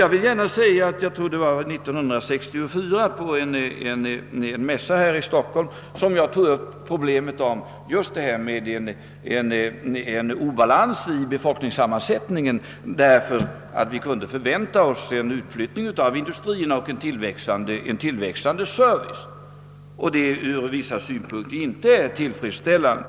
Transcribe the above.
Jag tror att det var år 1964 som jag på en mässa här i Stockholm tog upp problemet om obalansen i befolkningssammansättningen, eftersom vi kunde förvänta oss en utflyttning av industrierna och en tillväxande servicesektor, vilket ur vissa synpunkter inte är tillfredsställande.